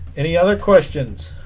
any other questions